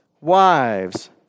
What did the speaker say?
Wives